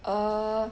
err